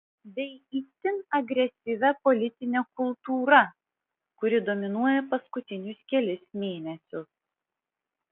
bei itin agresyvia politine kultūra kuri dominuoja paskutinius kelis mėnesius